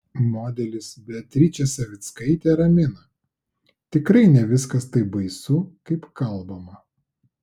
modelis beatričė savickaitė ramina tikrai ne viskas taip baisu kaip kalbama